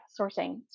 sourcing